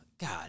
God